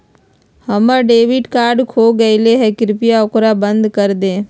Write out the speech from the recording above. हम्मर debit card खो गयले है, कृपया ओकरा बंद कर दे